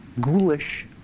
ghoulish